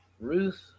ruth